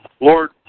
Lord